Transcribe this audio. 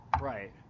Right